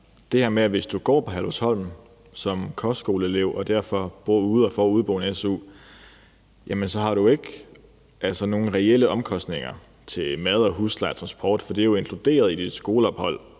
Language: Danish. veninde. Altså, hvis du går på Herlufsholm som kostskoleelev og derfor bor ude og får udeboende su, har du jo ikke nogen reelle omkostninger til mad, husleje og transport, for det er jo inkluderet i dit skoleophold